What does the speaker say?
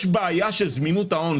יש בעיה של זמינות ההון,